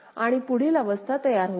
आणि पुढील अवस्था तयार होते